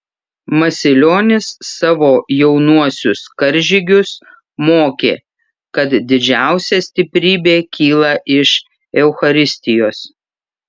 masilionis savo jaunuosius karžygius mokė kad didžiausia stiprybė kyla iš eucharistijos